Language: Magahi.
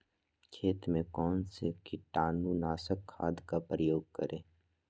खेत में कौन से कीटाणु नाशक खाद का प्रयोग करें?